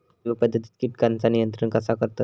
जैव पध्दतीत किटकांचा नियंत्रण कसा करतत?